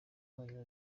rwayo